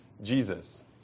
Jesus